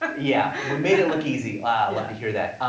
ah yeah, we made it look easy, love to hear that.